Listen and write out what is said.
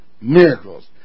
miracles